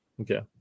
okay